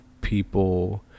people